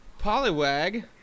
Poliwag